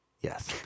Yes